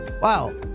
wow